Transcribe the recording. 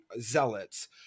zealots